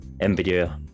NVIDIA